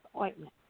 ointment